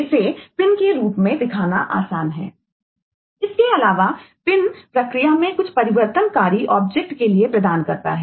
इसके अलावा पिन के लिए प्रदान करता है